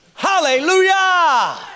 Hallelujah